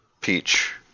peach